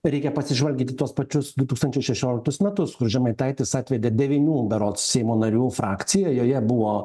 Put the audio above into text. reikia pasižvalgyt į tuos pačius du tūkstančiai šešioliktus metus kur žemaitaitis atvedė devynių berods seimo narių frakciją joje buvo